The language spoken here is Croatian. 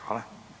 Hvala.